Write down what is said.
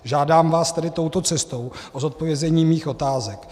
Žádám vás tedy touto cestou o zodpovězení svých otázek: